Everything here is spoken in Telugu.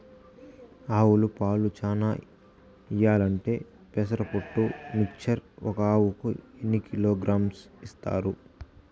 ఆవులు పాలు చానా ఇయ్యాలంటే పెసర పొట్టు మిక్చర్ ఒక ఆవుకు ఎన్ని కిలోగ్రామ్స్ ఇస్తారు?